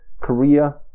Korea